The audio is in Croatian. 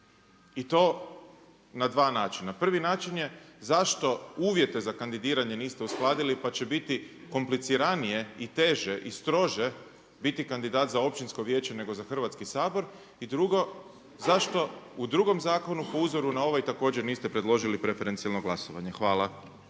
I to na dva načina, prvi način je zašto uvjete za kandidiranje niste uskladili pa će biti kompliciranije i teže i strože biti kandidat za općinsko vijeće nego za Hrvatski sabor. I drugo, zašto u drugom zakonu po uzoru na ovaj također niste predložili preferencijalno glasovanje. Hvala.